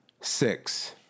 six